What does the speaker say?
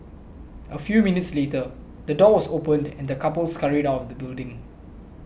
a few minutes later the door was opened and the couple scurried out the building